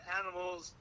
animals